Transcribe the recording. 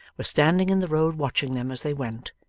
were standing in the road watching them as they went,